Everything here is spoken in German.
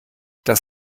das